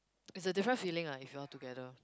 it's a different feeling ah if you all together